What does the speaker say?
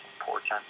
important